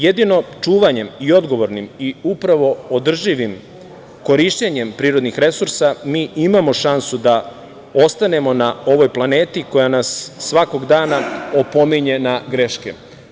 Jedino čuvanjem i odgovornim i upravo održivim korišćenjem prirodnih resursa, mi imamo šansu da ostanemo na ovoj planeti, koja nas svakog dana opominje na greške.